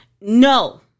No